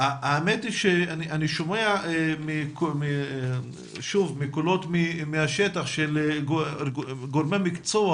אני שומע קולות מהשטח של גורמי מקצוע